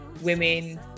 women